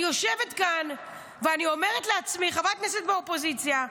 אני יושבת כאן ואני אומרת לעצמי: חברי הכנסת באופוזיציה,